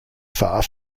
far